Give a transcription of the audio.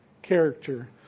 character